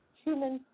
human